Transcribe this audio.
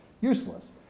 useless